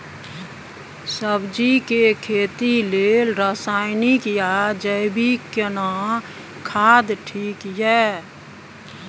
सब्जी के खेती लेल रसायनिक या जैविक केना खाद ठीक ये?